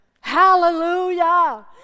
hallelujah